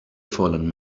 fallen